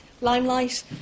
limelight